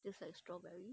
taste like strawberry